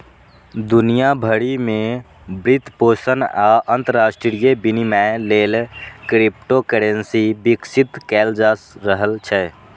दुनिया भरि मे वित्तपोषण आ अंतरराष्ट्रीय विनिमय लेल क्रिप्टोकरेंसी विकसित कैल जा रहल छै